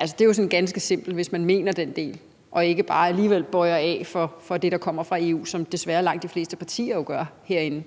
Det er jo ganske simpelt, hvis man mener det og ikke bare alligevel bøjer af for det, der kommer fra EU, hvilket jo desværre langt de fleste partier gør herinde.